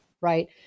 right